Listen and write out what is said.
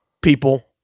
people